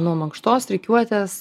nuo mankštos rikiuotės